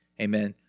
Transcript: Amen